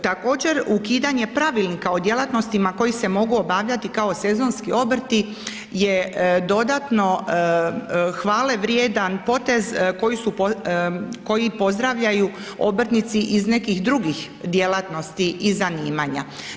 Također ukidanje Pravilnika o djelatnostima koje se mogu obavljati kao sezonski obrti je dodano hvale vrijedan potez koji pozdravljaju obrtnici iz nekih drugih djelatnosti i zanimanja.